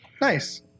Nice